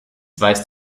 weist